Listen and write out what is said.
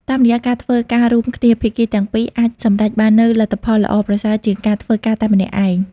តាមរយៈការធ្វើការរួមគ្នា ភាគីទាំងពីរអាចសម្រេចបាននូវលទ្ធផលល្អប្រសើរជាងការធ្វើការតែម្នាក់ឯង។